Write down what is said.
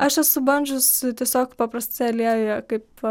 aš esu bandžius tiesiog paprastai aliejuje kaip